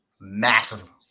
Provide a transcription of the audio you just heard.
massive